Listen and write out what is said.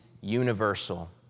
universal